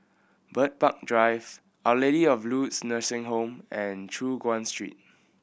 Bird Park Drive Our Lady of Lourdes Nursing Home and Choon Guan Street